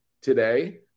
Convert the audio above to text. today